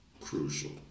crucial